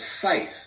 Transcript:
faith